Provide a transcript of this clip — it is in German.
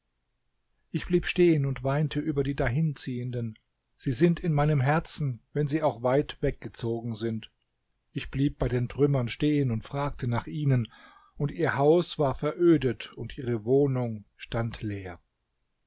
ich blieb stehen und weinte über die dahinziehenden sie sind in meinem herzen wenn sie auch weit weg gezogen sind ich blieb bei den trümmern stehen und fragte nach ihnen und ihr haus war verödet und ihre wohnung stand leer